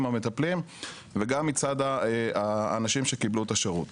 המטפלים וגם מצד האנשים שקיבלו את השירות.